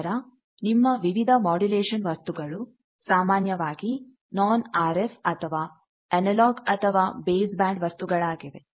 ನಂತರ ನಿಮ್ಮ ವಿವಿಧ ಮೊಡುಲೇಶನ್ ವಸ್ತುಗಳು ಸಾಮಾನ್ಯವಾಗಿ ನಾನ ಆರ್ಎಫ್ ಅಥವಾ ಅನಲಾಗ್ ಅಥವಾ ಬೇಸ್ ಬ್ಯಾಂಡ್ ವಸ್ತುಗಳಾಗಿವೆ